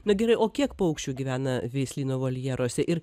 na gerai o kiek paukščių gyvena veislyno voljeruose ir